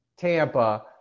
Tampa